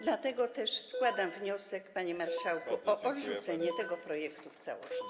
Dlatego też składam wniosek, panie marszałku, o odrzucenie tego projektu w całości.